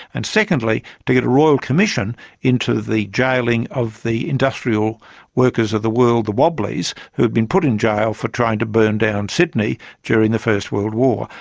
and secondly, to get a royal commission into the jailing of the industrial workers of the world, the wobblys, who've been put in jail for trying to burn down sydney during the first world war.